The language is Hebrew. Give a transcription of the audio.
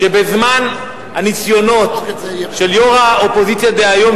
שבזמן הניסיונות של יושבת-ראש האופוזיציה דהיום,